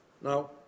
Now